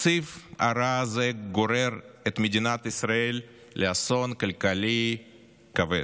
התקציב הרע הזה גורר את מדינת ישראל לאסון כלכלי כבד.